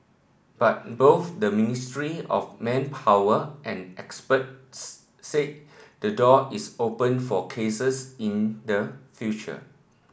but both the Ministry of Manpower and experts say the door is open for cases in the future